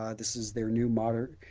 um this is their new modern,